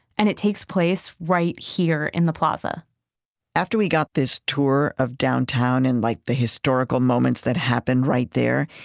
and it takes place right here in the plaza after we got this tour of downtown and, like, the historical moments that happened right there,